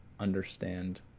understand